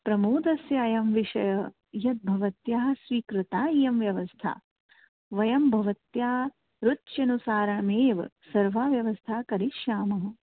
प्रमोदस्य अयं विषयः यद्भवत्याः स्वीकृता इयं व्यवस्था वयं भवत्या रुच्यनुसारमेव सर्वाः व्यवस्थाः करिष्यामः